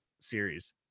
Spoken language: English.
series